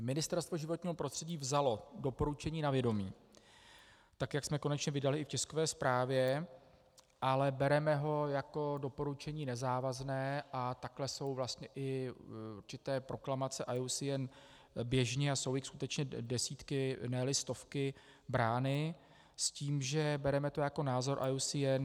Ministerstvo životního prostředí vzalo doporučení na vědomí, tak jak jsme konečně vydali i v tiskové zprávě, ale bereme ho jako doporučení nezávazné a takhle jsou vlastně i určitě proklamace IUCN běžně a jsou jich skutečně desítky, neli stovky, brány s tím, že to bereme jako názor IUCN.